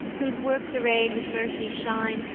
whose works arry'd with mercy shine,